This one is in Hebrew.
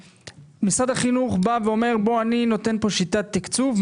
משרד החינוך בא ואומר שהוא נותן כאן שיטת תקצוב,